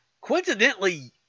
coincidentally